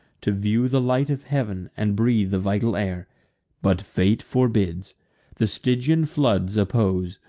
to view the light of heav'n, and breathe the vital air but fate forbids the stygian floods oppose,